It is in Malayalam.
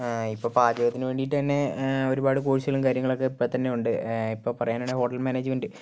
ഇപ്പോൾ പാചകത്തിന് വേണ്ടിയിട്ടുതന്നെ ഒരുപാട് കോഴ്സുകളും കാര്യങ്ങളും ഒക്കെ ഇപ്പോൾ തന്നെ ഉണ്ട് ഇപ്പോൾ പറയാനാണെങ്കിൽ ഹോട്ടൽ മാനേജ്മെൻറ്